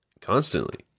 constantly